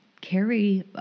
carry